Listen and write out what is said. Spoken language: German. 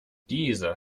dieser